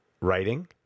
writing